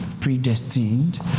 predestined